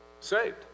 Saved